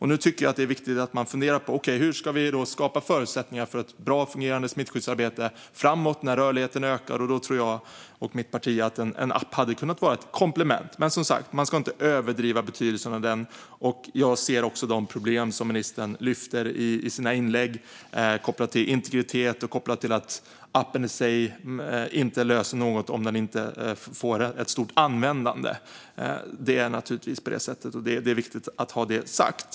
Nu tycker jag att det är viktigt att man funderar på hur man ska skapa förutsättningar för ett bra och fungerande smittskyddsarbete framåt, när rörligheten ökar. Då tror jag och mitt parti att en app hade kunnat vara ett komplement. Men som sagt: Man ska inte överdriva betydelsen av en app. Jag ser också de problem som ministern lyfter i sina inlägg kopplat till integritet och till att appen i sig inte löser något om den inte får ett stort användande. Det är naturligtvis på det sättet, och det är viktigt att ha det sagt.